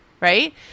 right